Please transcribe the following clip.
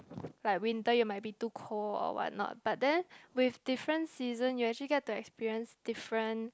like winter you might be too cold or what not but then with different season you actually get to experience different